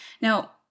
Now